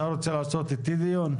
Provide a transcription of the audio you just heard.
אתה רוצה לעשות איתי דיון?